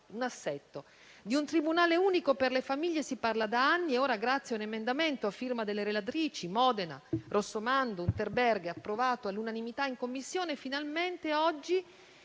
un assetto. Di un tribunale unico per le famiglie si parla da anni e oggi, grazie a un emendamento a firma delle relatrici, senatrici Modena, Rossomando e Unterberger, approvato all'unanimità in Commissione, finalmente viene